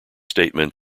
statement